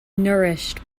nourished